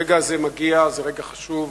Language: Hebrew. הרגע הזה מגיע, זה רגע חשוב,